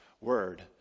word